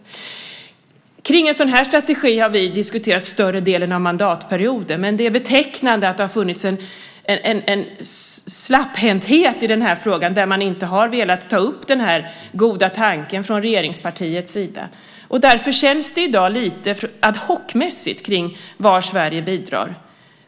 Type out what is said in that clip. Kring en sådan här strategi har vi diskuterat större delen av mandatperioden, men det är betecknande att det har funnits en slapphänthet i den här frågan. Man har inte velat ta upp den här goda tanken från regeringspartiets sida. Därför känns det lite ad hoc mässigt beträffande var Sverige bidrar.